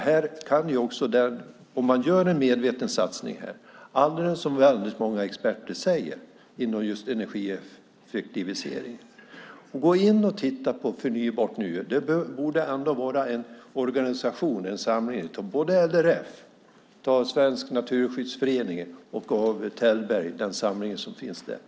Här kan man göra en medveten satsning, alldeles som väldigt många experter inom just energieffektivisering säger. Gå in och titta på förnybart nu! Det borde ändå vara en organisation, en samling, och det är RLF, Naturskyddsföreningen och den samling som finns i Tällberg.